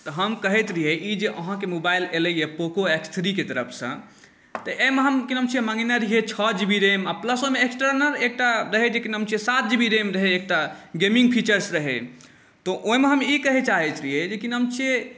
हम कहैत रहिए ई जे अहाँके मोबाइल अएलैए पोको एक्स थ्री के तरफसँ तऽ कि नाम छिए एहिमे हम मँगेने रहिए छओ जी बी रैम आओर प्लस ओहिमे एक्सटर्नल रहै जे कि नाम छै सात जी बी रैम रहै एकटा गेमिङ्ग फीचर्स रहै तऽ ओहिमे हम ई कहै चाहै छिए जे कि नाम छिए